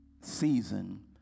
season